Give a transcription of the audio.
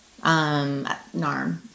narm